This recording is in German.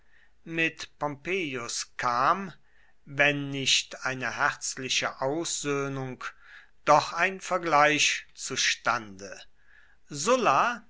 mit pompeius kam wenn nicht eine herzliche aussöhnung doch ein vergleich zustande sulla